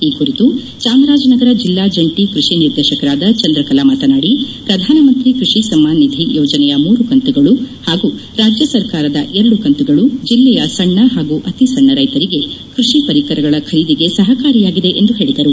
ಈ ಕುರಿತು ಚಾಮರಾಜನಗರ ಜಿಲ್ಲಾ ಜಂಟಿ ಕೃಷಿ ನಿರ್ದೇಶಕರಾದ ಚಂದ್ರಕಲಾ ಮಾತನಾಡಿ ಪ್ರಧಾನಮಂತ್ರಿ ಕೃಷಿ ಸಮ್ಮಾನ್ ನಿಧಿ ಯೋಜನೆಯ ಮೂರು ಕಂತುಗಳು ಹಾಗೂ ರಾಜ್ಯ ಸರ್ಕಾರದ ಎರಡು ಕಂತುಗಳು ಜಿಲ್ಲೆಯ ಸಣ್ಣ ಹಾಗೂ ಅತೀ ಸಣ್ಣ ರೈತರಿಗೆ ಕೃಷಿ ಪರಿಕರಗಳ ಖರೀದಿಗೆ ಸಹಕಾರಿಯಾಗಿದೆ ಎಂದು ಹೇಳಿದರು